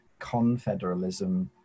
confederalism